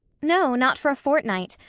no, not for a fortnight.